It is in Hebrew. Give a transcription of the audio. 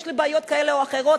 יש לי בעיות כאלה או אחרות,